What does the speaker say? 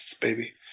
baby